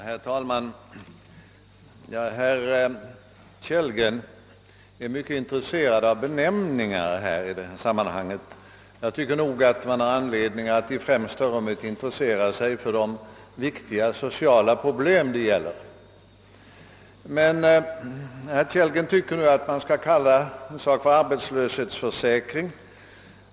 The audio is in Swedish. Herr talman! Herr Kellgren är mycket intresserad av benämningar i det här sammanhanget — jag tycker nog att man har anledning att i främsta rummet intressera sig för de viktiga sociala problem det gäller. Han tycker nu att man skall använda benämningen = arbetslöshetsförsäkring.